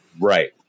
Right